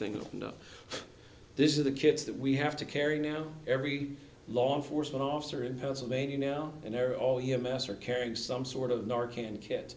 and this is the kids that we have to carry now every law enforcement officer in pennsylvania now and they're all here master carrying some sort of dark and kit